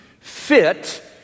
fit